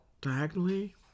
diagonally